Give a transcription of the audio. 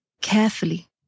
carefully